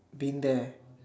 been there